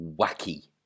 wacky